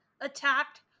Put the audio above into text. attacked